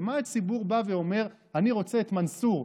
למה הציבור בא ואומר: אני רוצה את מנסור,